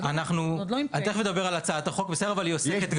אני תכף אדבר על הצעת החוק, היא עוסקת גם בזה.